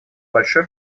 большой